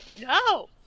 No